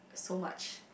so much